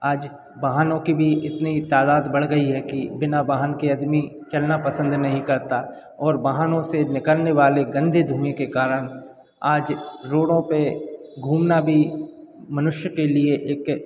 आज वाहनों की भी इतनी तादात बढ़ गई है कि बिना वाहन के अदमी चलना पसंद नहीं करता और वाहनों से निकलने वाले गंदे धुएँ के कारण आज रोड़ों पर घूमना भी मनुष्य के लिए एक